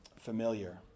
familiar